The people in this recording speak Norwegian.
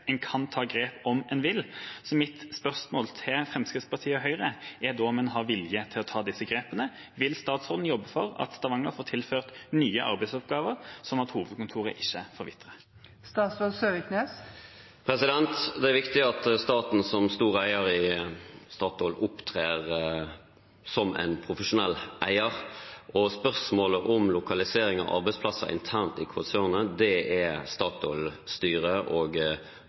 en kan ta grep om en vil. Mitt spørsmål til Fremskrittspartiet og Høyre er da om en har vilje til å ta disse grepene. Vil statsråden jobbe for at Stavanger får tilført nye arbeidsoppgaver, slik at hovedkontoret ikke forvitrer? Det er viktig at staten som stor eier i Statoil opptrer som en profesjonell eier, og spørsmålet om lokalisering av arbeidsplasser internt ved konsernet er Statoil-styrets og